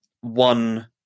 one